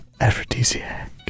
aphrodisiac